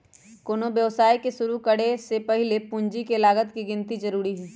कोनो व्यवसाय के शुरु करे से पहीले पूंजी के लागत के गिन्ती जरूरी हइ